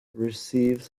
receives